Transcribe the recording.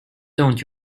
don’t